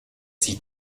sieht